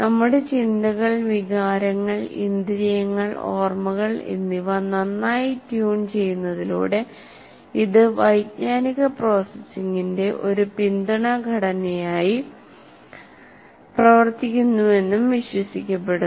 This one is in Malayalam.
നമ്മുടെ ചിന്തകൾ വികാരങ്ങൾ ഇന്ദ്രിയങ്ങൾ ഓർമ്മകൾ എന്നിവ നന്നായി ട്യൂൺ ചെയ്യുന്നതിലൂടെ ഇത് വൈജ്ഞാനിക പ്രോസസ്സിംഗിന്റെ ഒരു പിന്തുണാ ഘടനയായി പ്രവർത്തിക്കുന്നുവെന്നും വിശ്വസിക്കപ്പെടുന്നു